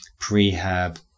prehab